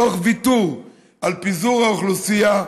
תוך ויתור על פיזור האוכלוסייה.